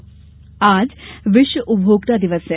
उपभोक्ता दिवस आज विश्व उपभोक्ता दिवस है